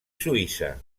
suïssa